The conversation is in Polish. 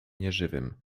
nieżywym